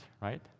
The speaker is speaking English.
right